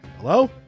Hello